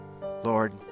Lord